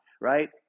right